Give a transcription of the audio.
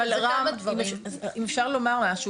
אז אם אפשר לומר משהו,